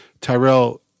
Tyrell